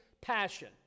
passion